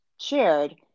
shared